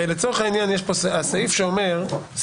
הרי לצורך העניין, סעיף (ח) שאומר: